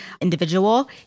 individual